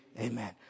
Amen